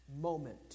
moment